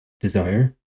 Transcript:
desire